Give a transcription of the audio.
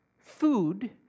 food